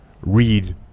read